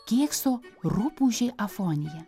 kėkso rupūžė afonija